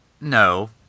No